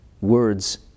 words